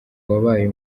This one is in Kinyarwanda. wabaye